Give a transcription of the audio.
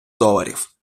доларів